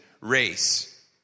race